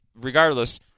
regardless